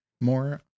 more